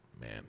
Man